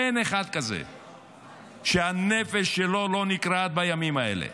אין אחד כזה שהנפש שלו לא נקרעת בימים האלה.